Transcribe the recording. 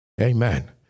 Amen